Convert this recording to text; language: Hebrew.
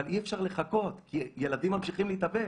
אבל אי אפשר לחכות כי ילדים ממשיכים להתאבד,